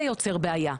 זה יוצר בעיה.